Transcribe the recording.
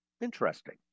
Interesting